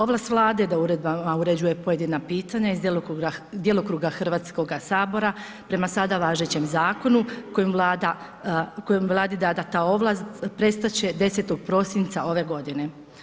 Ovlast Vlada da uredbama uređuje pojedina pitanja iz djelokruga Hrvatskoga sabora prema sada važećem zakonu kojim Vladi dana ta ovlast prestat će 10. prosinca ove godine.